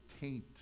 taint